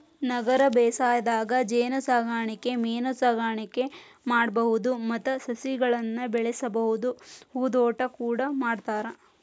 ನಗರ ಬೇಸಾಯದಾಗ ಜೇನಸಾಕಣೆ ಮೇನಸಾಕಣೆ ಮಾಡ್ಬಹುದು ಮತ್ತ ಸಸಿಗಳನ್ನ ಬೆಳಿಬಹುದು ಹೂದೋಟ ಕೂಡ ಮಾಡ್ತಾರ